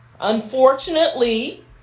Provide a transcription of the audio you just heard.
Unfortunately